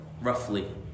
roughly